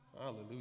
Hallelujah